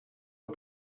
het